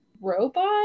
robot